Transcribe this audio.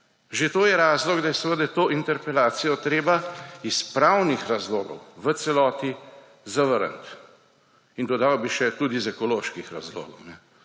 Že to je razlog, da je seveda to interpelacijo treba iz pravnih razlogov v celoti zavrniti. In dodal bi še tudi iz ekoloških razlogov.